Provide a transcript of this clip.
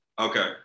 Okay